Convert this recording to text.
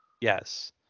Yes